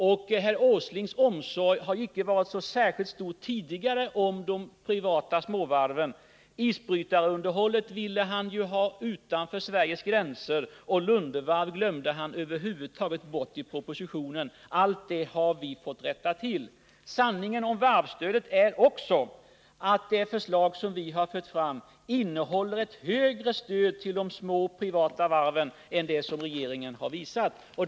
Herr Åslings omsorg om de privata småvarven har inte varit så särskilt stor tidigare. Isbrytarunderhållet ville han ha utanför Sveriges gränser, och Lunde Varv glömde han helt bort i propositionen. Allt det har vi fått rätta till. Sanningen om varvsstödet är också att det förslag som vi fört fram innehåller ett större stöd till de små privata varven än det som regeringen står för.